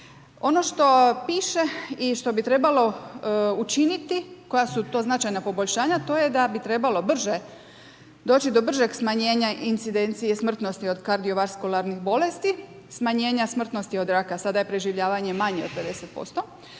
Ono što piše i što bi trebalo učiniti, koja su to značajna poboljšanja, to je da bi trebalo brže doći do bržeg smanjenja incidencije i smrtnosti od kardiovaskularnih bolesti, smanjenja smrtnosti od raka. Sada je preživljavanje manje od 50%.